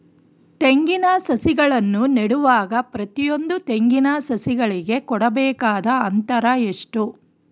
ತೆಂಗಿನ ಸಸಿಗಳನ್ನು ನೆಡುವಾಗ ಪ್ರತಿಯೊಂದು ತೆಂಗಿನ ಸಸಿಗಳಿಗೆ ಕೊಡಬೇಕಾದ ಅಂತರ ಎಷ್ಟು?